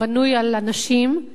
בנוי על הנשים,